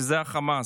שזה החמאס.